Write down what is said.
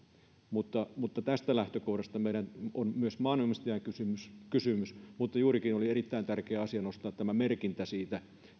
tästä lähtökohdasta se on myös maanomistajan kysymys kysymys mutta juurikin oli erittäin tärkeä asia nostaa tämä merkintä siitä